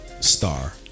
star